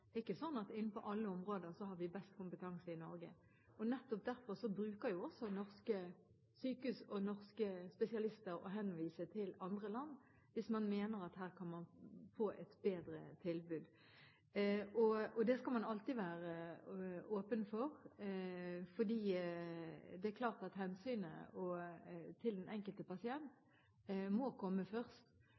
har best kompetanse innenfor alle områder. Nettopp derfor bruker jo også norske sykehus og norske spesialister å henvise til andre land hvis man mener at her kan man få et bedre tilbud. Det skal man alltid være åpen for, fordi det er klart at hensynet til den enkelte pasient må komme først,